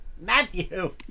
Matthew